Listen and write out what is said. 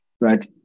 right